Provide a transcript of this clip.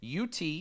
UT